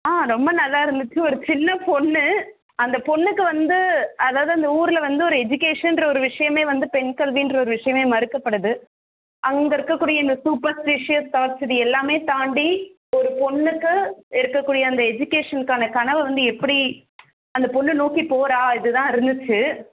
ஆ ரொம்ப நல்லா இருந்துச்சு ஒரு சின்ன பொண்ணு அந்த பொண்ணுக்கு வந்து அதாவது அந்த ஊரில் வந்து ஒரு எஜுகேஷன்ற ஒரு விஷயமே வந்து பெண் கல்வின்ற ஒரு விஷயமே மறுக்கப்படுது அங்கே இருக்கக்கூடிய இந்த சூப்பர் ஸ்டிசியஸ் தாட்ஸ் இது எல்லாமே தாண்டி ஒரு பொண்ணுக்கு இருக்கக் கூடிய அந்த எஜுகேஷன்க்கான கனவை வந்து எப்படி அந்த பொண்ணு நோக்கி போகறா இது தான் இருந்துச்சு